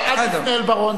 חבר הכנסת בר-און,